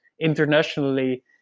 internationally